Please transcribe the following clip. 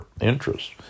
interest